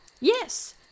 Yes